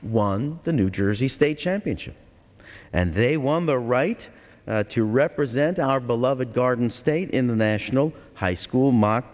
one the new jersey state championship and they won the right to represent our beloved garden state in the national high school mock